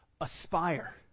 aspire